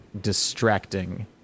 distracting